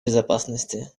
безопасности